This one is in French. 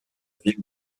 ville